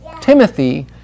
Timothy